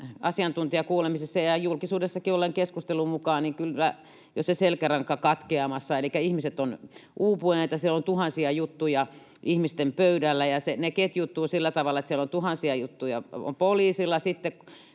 asiantuntijakuulemisissa ja julkisuudessakin olleen keskustelun mukaan kyllä jo se selkäranka katkeamassa. Elikkä ihmiset ovat uupuneita. Siellä on tuhansia juttuja ihmisten pöydällä, ja ne ketjuttuvat sillä tavalla, että siellä on tuhansia juttuja poliisilla,